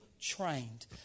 trained